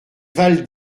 val